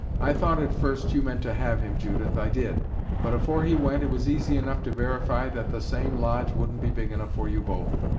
i thought, at first, you meant to have him, judith, i did but afore he went, it was easy enough to verify that the same lodge wouldn't be big enough for you both.